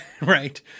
right